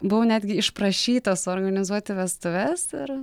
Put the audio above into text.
buvau netgi išprašyta suorganizuoti vestuves ir